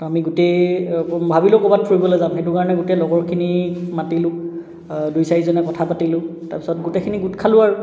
তো আমি গোটেই ভাবিলোঁ ক'ৰবাত ফুৰিবলৈ যাম সেইটো কাৰণে গোটেই লগৰখিনিক মাতিলোঁ দুই চাৰিজনে কথা পাতিলোঁ তাৰপিছত গোটেিখিনি গোট খালোঁ আৰু